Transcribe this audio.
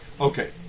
Okay